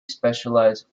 specialized